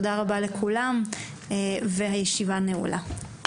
הישיבה נעולה.